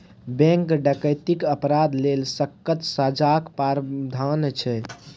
bank डकैतीक अपराध लेल सक्कत सजाक प्राबधान छै